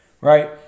right